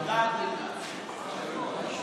אתה רוצה לדבר?